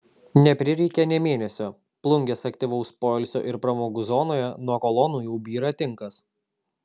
neprireikė nė mėnesio plungės aktyvaus poilsio ir pramogų zonoje nuo kolonų jau byra tinkas